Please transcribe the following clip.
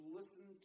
listen